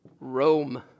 Rome